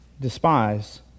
despise